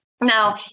Now